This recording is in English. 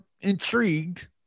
intrigued